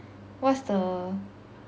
what's the